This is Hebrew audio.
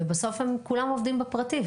ובסוף הם כולם עובדים בפרטי,